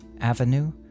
avenue